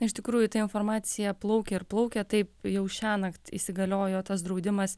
na iš tikrųjų ta informacija plaukia ir plaukia taip jau šiąnakt įsigaliojo tas draudimas